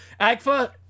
Agfa